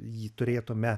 jį turėtume